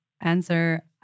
answer